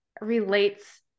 relates